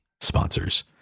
sponsors